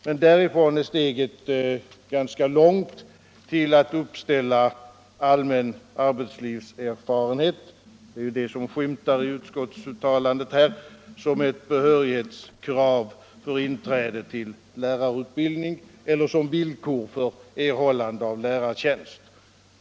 Men därifrån är steget ganska långt till att uppställa allmän arbetslivserfarenhet — det är ju det som skymtar i utskottsuttalandet här — som ett behörighetskrav för inträde till lärarutbildning eller som villkor för erhållande av lärartjänst.